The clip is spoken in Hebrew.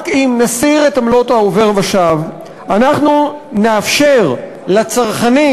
רק אם נסיר את עמלות העובר ושב אנחנו נאפשר לצרכנים